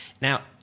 Now